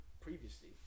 Previously